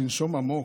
לנשום עמוק,